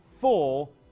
full